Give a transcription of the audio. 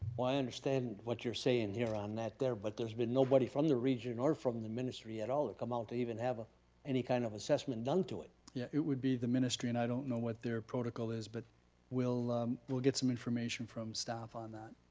well, i understand what you're saying here on that there. but there's been nobody from the region or from the ministry at all to come out to even have ah any kind of assessment done to it. yeah, it would be the ministry, and i don't know what their protocol is, but we'll we'll get some information from staff on that.